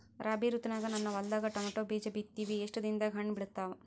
ರಾಬಿ ಋತುನಾಗ ನನ್ನ ಹೊಲದಾಗ ಟೊಮೇಟೊ ಬೀಜ ಬಿತ್ತಿವಿ, ಎಷ್ಟು ದಿನದಾಗ ಹಣ್ಣ ಬಿಡ್ತಾವ?